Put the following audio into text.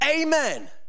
amen